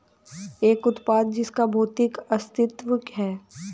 एक उत्पाद जिसका भौतिक अस्तित्व है?